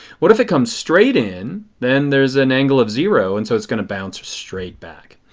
what if it comes straight in, then there is an angle of zero. and so it is going to bounce straight back.